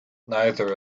neither